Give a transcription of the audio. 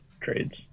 trades